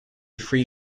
free